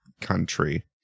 country